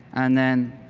and then